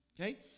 okay